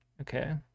Okay